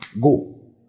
Go